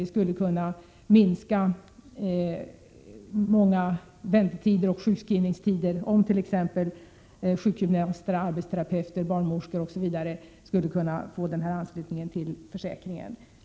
Vi skulle kunna minska mångas väntetider och sjukskrivningstider, om t.ex. sjukgymnaster, arbetsterapeuter och barnmorskor fick ansluta sig till försäkringen.